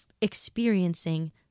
experiencing